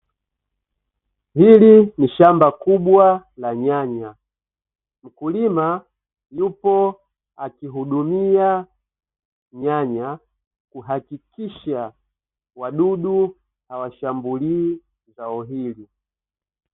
Hili ni shamba kubwa la nyanya, mkulima yupo akihudumia nyanya kuhakikisha wadudu hawashambulii zao hili.